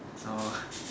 so